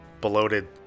bloated